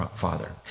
Father